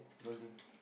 dollar